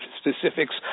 specifics